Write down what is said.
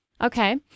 Okay